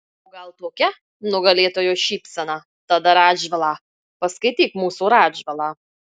o gal tokia nugalėtojo šypsena tada radžvilą paskaityk mūsų radžvilą